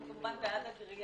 אנחנו בעד הגריעה,